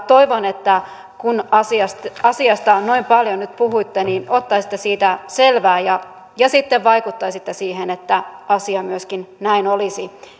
toivon että kun asiasta asiasta noin paljon nyt puhuitte niin ottaisitte siitä selvää ja ja sitten vaikuttaisitte siihen että asia myöskin näin olisi